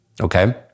Okay